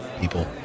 people